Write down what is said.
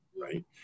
right